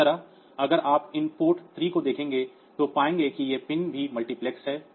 इसी तरह अगर आप इस पोर्ट 3 को देखेंगे तो पाएंगे कि ये पिन भी मल्टीप्लेक्स हैं